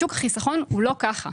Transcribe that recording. שוק החיסכון הוא לא ככה.